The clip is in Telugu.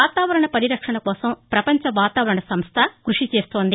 వాతాపరణ పరిరక్షణ కోసం ప్రపంచ వాతావరణ సంస్ట కృషి చేస్తోంది